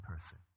person